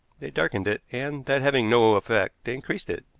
they darkened it, and, that having no effect, they increased it,